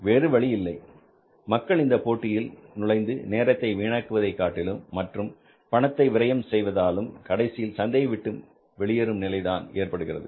வேறு வழியில்லை மக்கள் இந்த போட்டியில் நுழைந்து நேரத்தை வீணாக்குவதை காட்டிலும் மற்றும் பணத்தை விரையம் செய்வதாலும் கடைசியில் சந்தையை விட்டு வெளியேறும் நிலைதான் ஏற்படுகிறது